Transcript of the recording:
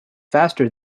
faster